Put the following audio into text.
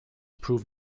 proved